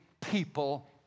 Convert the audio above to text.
people